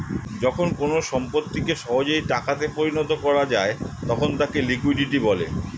যখন কোনো যাবতীয় সম্পত্তিকে সহজেই টাকা তে পরিণত করা যায় তখন তাকে লিকুইডিটি বলে